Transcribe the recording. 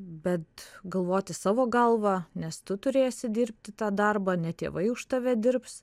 bet galvoti savo galva nes tu turėsi dirbti tą darbą ne tėvai už tave dirbs